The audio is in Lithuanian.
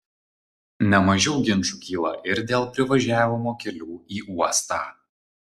ne mažiau ginčų kyla ir dėl privažiavimo kelių į uostą